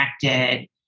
connected